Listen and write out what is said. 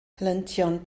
helyntion